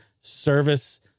service